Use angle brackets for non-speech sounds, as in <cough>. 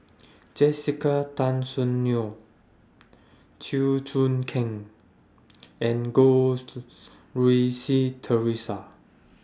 Jessica Tan Soon Neo Chew Choo Keng and Goh <hesitation> Rui Si Theresa